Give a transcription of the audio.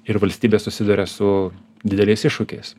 ir valstybė susiduria su dideliais iššūkiais